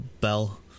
bell